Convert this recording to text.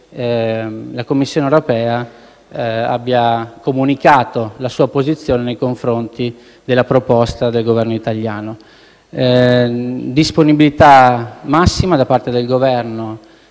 la Commissione europea abbia comunicato la sua posizione nei confronti della proposta del Governo italiano. C'è massima disponibilità da parte del Governo